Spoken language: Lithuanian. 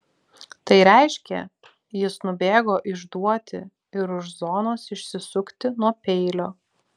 tai reiškė jis nubėgo išduoti ir už zonos išsisukti nuo peilio